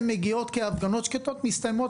הן מגיעות כהפגנות שקטות ומסתיימות,